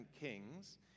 Kings